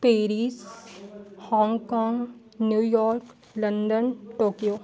Paris hong hong New York London Tokyo